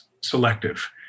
selective